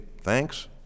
thanks